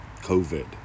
COVID